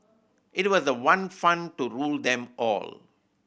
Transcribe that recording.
it was the one fund to rule them all